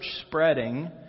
spreading